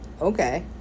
Okay